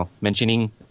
mentioning